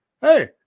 hey